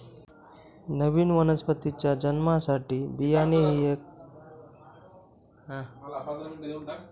नवीन वनस्पतीच्या जन्मासाठी बियाणे ही एक नैसर्गिक यंत्रणा आहे